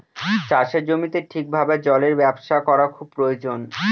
চাষের জমিতে ঠিক ভাবে জলের ব্যবস্থা করা খুব প্রয়োজন